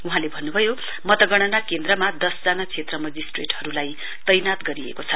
वहाँले भन्नुभयो मतगणना केन्द्रमा दसजना क्षेत्र मजिस्ट्रेटहरुलाई तैनात गरिएको छ